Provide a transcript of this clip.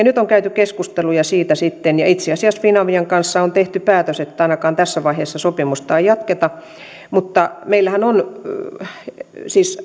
nyt on käyty keskusteluja siitä sitten ja itse asiassa finavian kanssa on tehty päätös että ainakaan tässä vaiheessa sopimusta ei jatketa mutta ei siis